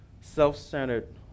self-centered